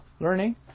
learning